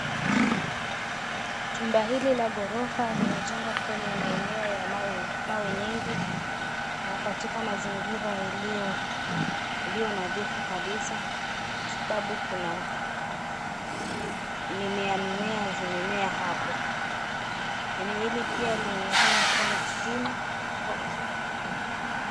Jumba hili la ghorofa limejengwa kwenye maeneo ya mawe mawe nyingi na katika mazingira iliyo iliyonadhifu kabisa kwa sababu kuna kuna mimea mimea zimemea hapo. Eneo hili pia linaonekana kuwa na stima.